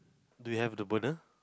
do you have the burner